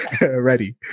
ready